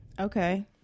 Okay